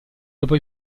dopo